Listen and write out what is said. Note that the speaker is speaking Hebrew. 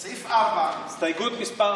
הסתייגות מס'